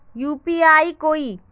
UPI कोई